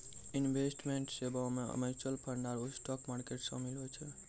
investment सेबा मे mutual fund आरु स्टाक मार्केट शामिल होय छै